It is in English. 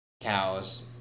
Cows